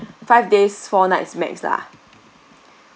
five days four nights max lah